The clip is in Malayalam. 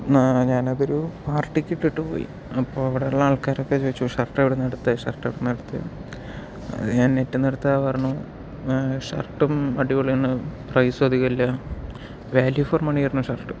ഞാനതൊരു പാർട്ടിക്കിട്ടിട്ട് പോയി അപ്പോൾ അവിടെള്ള ആൾക്കാരൊക്കെ ചോദിച്ചു ഷർട്ടെവിടെന്നാണ് എടുത്തതെന്ന് ഷർട്ടെവിടെന്നാണ് എടുത്തതെന്ന് ഞാൻ നെറ്റ് നിന്ന് എടുത്തതാ പറഞ്ഞു ഷർട്ടും അടിപൊളിയാണ് പ്രൈസും അധികല്ല വാല്യൂ ഫോർ മണിയായിരുന്നു ഷർട്ട്